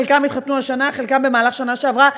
חלקם התחתנו השנה, חלקם במהלך השנה שעברה.